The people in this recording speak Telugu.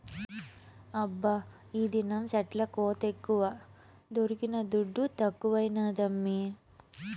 హబ్బా ఈదినం సెట్ల కోతెక్కువ దొరికిన దుడ్డు తక్కువైనాదమ్మీ